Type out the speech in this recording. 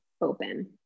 open